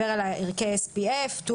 "תמרוק רחב